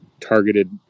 targeted